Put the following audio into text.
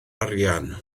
arian